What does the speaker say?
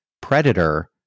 predator